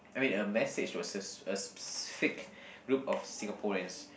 I mean a message versus a specific group of Singaporeans